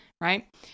right